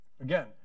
Again